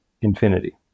infinity